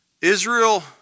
Israel